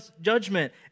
judgment